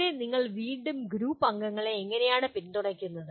ഇവിടെ നിങ്ങൾ വീണ്ടും ഗ്രൂപ്പ് അംഗങ്ങളെ എങ്ങനെയാണ് പിന്തുണയ്ക്കുന്നത്